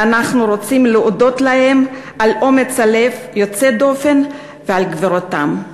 ואנחנו רוצים להודות להם על אומץ לב יוצא דופן ועל גבורתם.